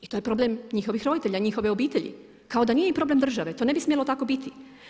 I to je problem njihovih roditelja, njihovih obitelji kao da nije problem države, to ne bi smjelo tako biti.